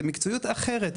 זו מקצועיות אחרת.